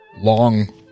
long